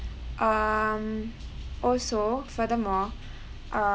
um also furthermore err